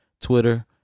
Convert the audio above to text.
Twitter